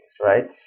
right